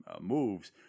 moves